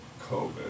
COVID